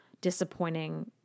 disappointing